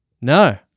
No